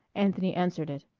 anthony answered it.